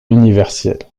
universelle